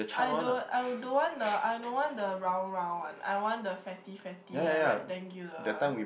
I don't I don't want the I no want the round round one I want the fatty fatty the rectangular one